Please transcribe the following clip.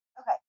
Okay